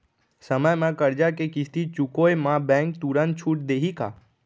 समय म करजा के किस्ती चुकोय म बैंक तुरंत छूट देहि का?